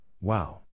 wow